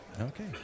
Okay